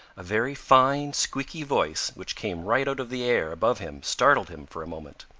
a very fine, squeaky voice which came right out of the air above him startled him for a moment.